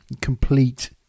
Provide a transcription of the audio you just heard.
complete